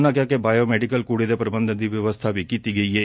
ਉਨ੍ਹਾਂ ਕਿਹਾ ਕਿ ਬਾਇਓ ਮੈਡੀਕਲ ਕੂੜੇ ਦੇ ਪ੍ਰਬੰਧਨ ਦੀ ਵਿਵਸਬਾ ਵੀ ਕੀਤੀ ਗਈ ਏ